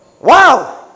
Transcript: Wow